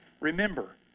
Remember